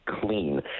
clean